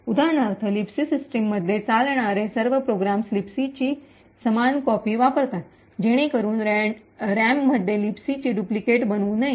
उदाहरणार्थ लिबसी सिस्टममध्ये चालणारे सर्व प्रोग्राम्स लिबसी ची समान कॉपी वापरतात जेणेकरून रॅममध्ये लिबसी ची डुप्लिकेट बनू नये